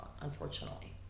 unfortunately